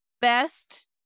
best